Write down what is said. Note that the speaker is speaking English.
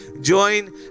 join